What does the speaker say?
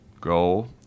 go